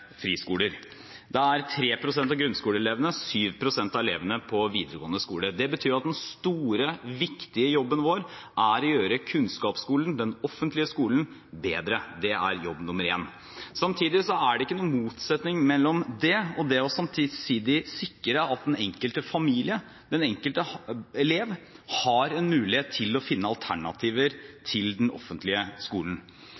friskoler. Det er 3 pst. av grunnskoleelevene, 7 pst. av elevene på videregående skole. Det betyr at den store, viktige jobben vår er å gjøre kunnskapsskolen, den offentlige skolen, bedre. Det er jobb nr. én. Samtidig er det ikke noen motsetning mellom det og samtidig å sikre at den enkelte familie og den enkelte elev har en mulighet til å finne alternativer til den offentlige skolen.